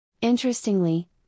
Interestingly